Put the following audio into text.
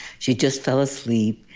she just fell asleep,